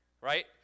right